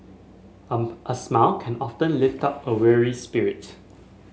a smile can often lift up a weary spirits